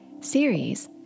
series